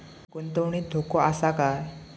गुंतवणुकीत धोको आसा काय?